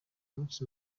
munsi